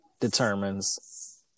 determines